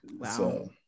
Wow